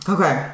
Okay